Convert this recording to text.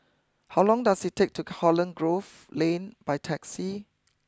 how long does it take to Holland Grove Lane by taxi